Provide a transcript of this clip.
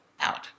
out